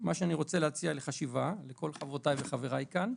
מה שאני רוצה להציע לחשיבה לכל חברותיי וחבריי כאן,